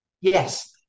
yes